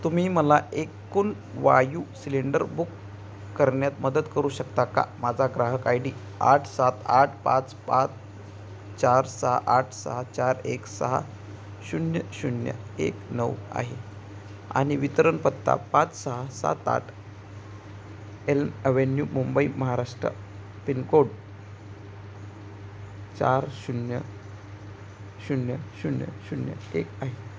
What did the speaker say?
तुम्ही मला एकूण वायू सिलेंडर बुक करण्यात मदत करू शकता का माझा ग्राहक आय डी आठ सात आठ पाच पाच चार सहा आठ सहा चार एक सहा शून्य शून्य एक नऊ आहे आणि वितरण पत्ता पाच सहा सात आठ L avenue Mumbai Maharashtra pin code चार शून्य शून्य शून्य शून्य एक आहे